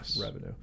revenue